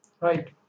Right